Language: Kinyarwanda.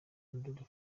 adolphe